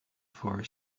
for